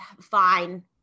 fine